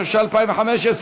התשע"ה 2015,